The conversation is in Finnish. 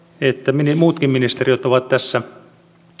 muutkin ministeriöt ovat tässä